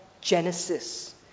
Genesis